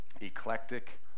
eclectic